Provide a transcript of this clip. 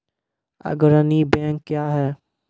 अग्रणी बैंक क्या हैं?